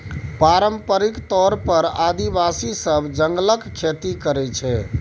पारंपरिक तौर पर आदिवासी सब जंगलक खेती करय छै